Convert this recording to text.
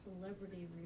celebrity